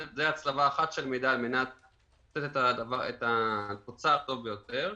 זו הצלבה אחת של מידע על מנת לתת את התוצר הטוב ביותר.